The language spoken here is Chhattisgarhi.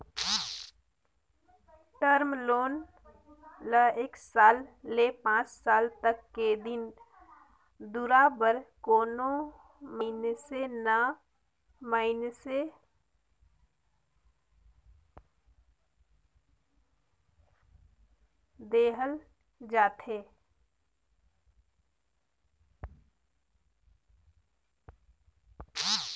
टर्म लोन ल एक साल ले पांच साल तक के दिन दुरा बर कोनो मइनसे ल देहल जाथे